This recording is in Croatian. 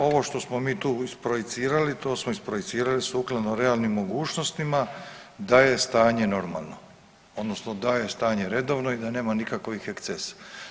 Ovo što smo mi tu isprojicirali, to smo isprojicirali sukladno realnim mogućnostima, da je stanje normalno, odnosno da je stanje redovno i da nema nikakvih ekscesa.